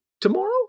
tomorrow